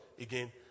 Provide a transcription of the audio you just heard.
again